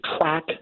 track